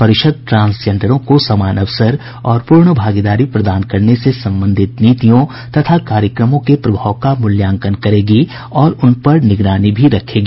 परिषद ट्रांसजेंडरों को समान अवसर और पूर्ण भागीदारी प्रदान करने से संबंधित नीतियों तथा कार्यक्रमों के प्रभाव का मूल्यांकन करेगी और उन पर निगरानी भी रखेगी